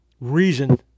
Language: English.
reason